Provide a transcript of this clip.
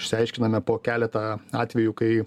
išsiaiškiname po keletą atvejų kai